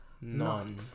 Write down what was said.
none